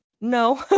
no